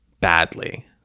badly